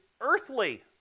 earthly